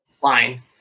line